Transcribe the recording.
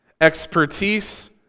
expertise